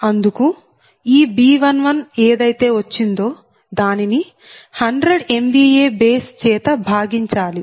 అందుకు ఈ B11 ఏదైతే వచ్చిందో దానిని 100 MVA బేస్ చేత భాగించాలి